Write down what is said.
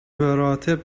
بمراتب